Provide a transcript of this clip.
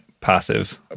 passive